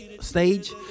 stage